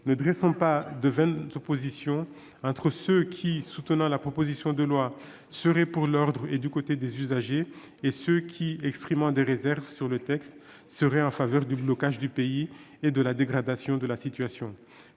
ne dressons pas de vaines oppositions entre ceux qui, soutenant la proposition de loi, seraient pour l'ordre et du côté des usagers, et ceux qui, exprimant des réserves sur le texte, seraient en faveur du blocage du pays et de la dégradation de la situation.